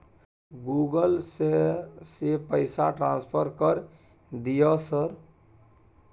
Google से से पैसा ट्रांसफर कर दिय सर?